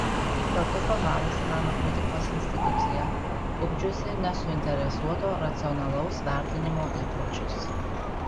kartu formavosi meno kritikos institucija ugdžiusi nesuinteresuoto racionalaus vertinimo įpročius